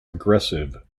aggressive